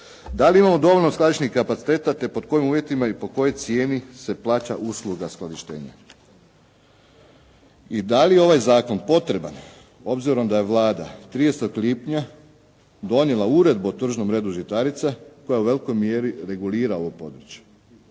Da li imamo dovoljno skladišnih kapaciteta te pod kojim uvjetima i po kojoj cijeni se plaća usluga skladištenja i da li je ovaj zakon potreban obzirom da je Vlada 30. lipnja donijela uredbu o tržnom redu žitarica koja u velikoj mjeri regulira ovo područje.